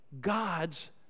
God's